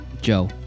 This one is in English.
Joe